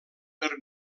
per